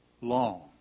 long